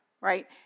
right